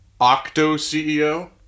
Octo-CEO